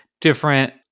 Different